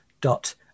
dot